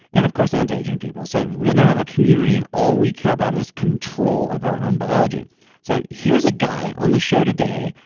and of course, anti-aging people. so we now have a community, and all we care about is control of our own biology so here's a guy on the show today.